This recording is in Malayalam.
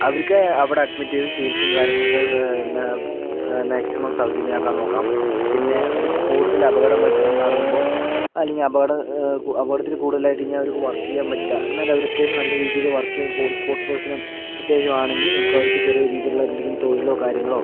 അവർക്ക് അവിടെ അഡ്മിറ്റ് ചെയ്ത് ചികിത്സയും കാര്യങ്ങളൊക്കെ എന്താ മാക്സിമം സൗജന്യമാക്കാൻ നോക്കാം പിന്നെ അവർക്ക് കൂടുതൽ അപകടം പറ്റിയെന്ന് പറയുമ്പോൾ അല്ലെങ്കിൽ അപകടം അപകടത്തിൽ കൂടുതലായിട്ട് ഇനി അവർക്ക് വർക്ക് ചെയ്യാൻ പറ്റില്ല എന്നാലവർ അത്യാവശ്യം നല്ല രീതിയിൽ വർക്ക് ചെയ്യാൻ സ്പോർട്സ് സ്പോർട്സിനും അത്യാവശ്യം ആണെങ്കിൽ നമുക്ക് അവർക്ക് ചെറിയ രീതിയിലുള്ള എന്തെങ്കിലും തൊഴിലോ കാര്യങ്ങളോ